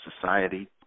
society